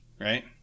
Right